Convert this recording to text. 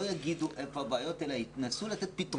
יגידו איפה הבעיות אלא ינסו לתת פתרונות.